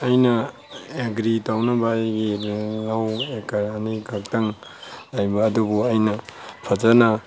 ꯑꯩꯅ ꯑꯦꯒ꯭ꯔꯤ ꯇꯧꯅꯕ ꯑꯩꯈꯣꯏꯒꯤ ꯂꯧ ꯑꯦꯛꯀꯔ ꯑꯅꯤꯈꯛꯇꯪ ꯂꯩꯕ ꯑꯗꯨꯕꯨ ꯑꯩꯅ ꯐꯖꯅ